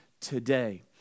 today